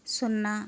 సున్నా